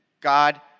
God